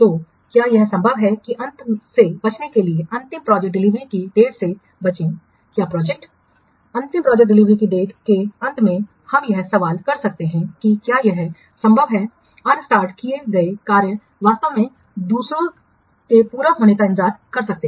तो क्या यह संभव है कि अंत से बचने के लिए अंतिम प्रोजेक्ट डिलीवरी की डेट से बचें क्या प्रोजेक्ट अंतिम प्रोजेक्ट डिलीवरी की डेट के अंत में हम यह सवाल कर सकते हैं कि क्या यह संभव है कि अनस्टार्ट किए गए कार्य वास्तव में दूसरों के पूरा होने तक इंतजार कर सकते हैं